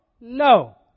No